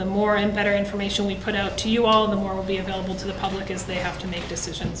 the more and better information we put out to you all the more will be available to the public as they have to make decisions